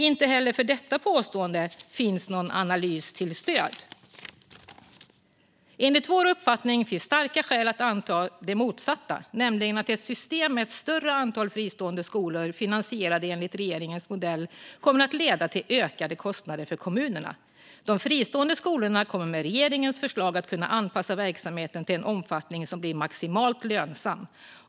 Inte heller för detta påstående finns någon analys till stöd. Enligt vår uppfattning finns starka skäl att anta det motsatta, nämligen att ett system med ett större antal fristående skolor finansierade enligt regeringens modell kommer att leda till ökade kostnader för kommunerna. De fristående skolorna kommer med regeringens förslag att kunna anpassa verksamheten till en omfattning som blir maximalt lönsam.